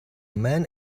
man